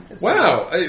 Wow